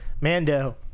Mando